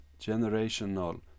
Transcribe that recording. generational